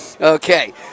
Okay